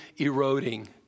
eroding